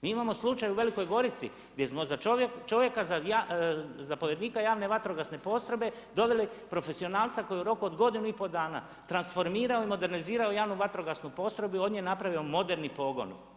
Mi imamo slučaj u Velikoj Gorici gdje smo za čovjeka zapovjednika javne vatrogasne postrojbe doveli profesionalca koji je u roku od godinu i pol dana transformirao i modernizirao javnu vatrogasnu postrojbu i od nje napravio moderni pogon.